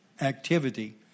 activity